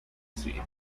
scene